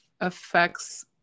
affects